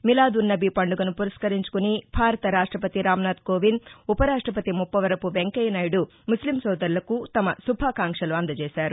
మిలాద్ ఉన్ నబి పండుగను పురస్కరించుకుని భారత రాష్టపతి రాంనాధ్ కోవింద్ ఉప రాష్టపతి ముప్పవరపు వెంకయ్యనాయుడు ముస్లిం సోదరులకు తమ శుభాకాంక్షలు అందజేశారు